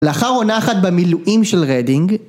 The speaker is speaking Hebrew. לאחר עונה אחת במילואים של רדינג